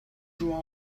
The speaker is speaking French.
jouent